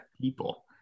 people